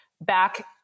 back